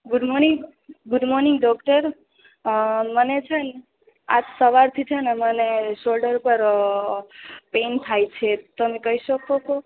good morning good morning doctor મને છે ને આજ સવારથી છે ને મને શોલ્ડર ઉપર પેન થાયે છે તમે કઈ સકો છો